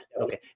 okay